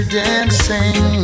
dancing